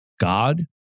God